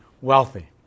wealthy